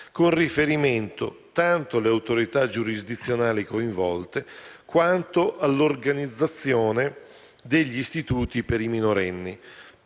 con riferimento tanto alle autorità giurisdizionali coinvolte, quanto all'organizzazione degli istituti per i minorenni,